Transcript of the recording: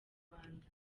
rwanda